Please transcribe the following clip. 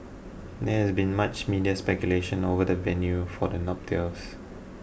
there has been much media speculation over the venue for the nuptials